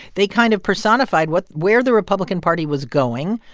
they kind of personified what where the republican party was going.